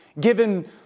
given